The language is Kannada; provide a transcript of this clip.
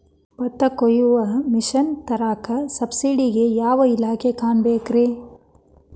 ಭತ್ತ ಕೊಯ್ಯ ಮಿಷನ್ ತರಾಕ ಸಬ್ಸಿಡಿಗೆ ಯಾವ ಇಲಾಖೆ ಕಾಣಬೇಕ್ರೇ?